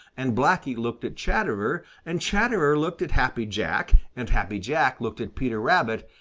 and blacky looked at chatterer, and chatterer looked at happy jack, and happy jack looked at peter rabbit,